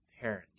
parent